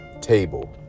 table